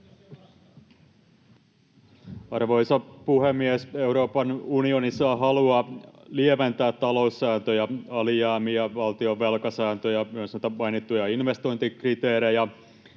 Arvoisa puhemies! Euroopan unionissa on halua lieventää taloussääntöjä, alijäämiä, valtion velkasääntöjä ja myös näitä mainittuja investointikriteerejä.